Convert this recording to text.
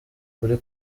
kuri